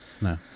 No